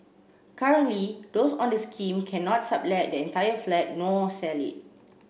currently those on the scheme cannot sublet the entire flat nor sell it